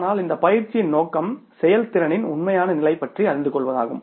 ஆனால் இந்த பயிற்சியின் நோக்கம் செயல்திறனின் உண்மையான நிலை பற்றி அறிந்து கொள்வதாகும்